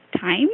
time